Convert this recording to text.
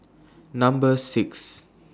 Number six